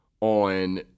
on